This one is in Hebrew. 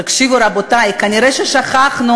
תקשיבו, רבותי, כנראה שכחנו